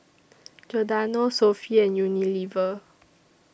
Giordano Sofy and Unilever